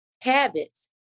habits